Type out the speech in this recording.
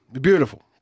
beautiful